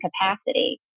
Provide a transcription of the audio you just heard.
capacity